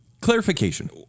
clarification